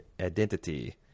identity